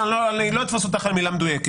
אני לא אתפוס אותך על מספר מדויק,